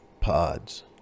pods